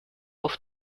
auf